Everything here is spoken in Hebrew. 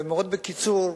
ומאוד בקיצור,